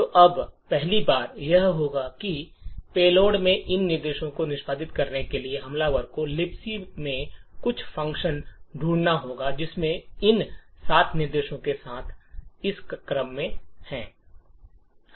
तो अब पहली बात यह होगी कि पेलोड में इन निर्देशों को निष्पादित करने के लिए हमलावर को लिबक में कुछ फ़ंक्शन ढूंढना होगा जिसमें इन 7 निर्देशों के सभी इस क्रम में हैं